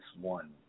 one